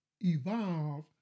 evolve